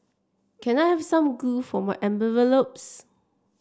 can I have some glue for my envelopes